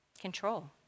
Control